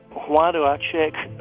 why do i check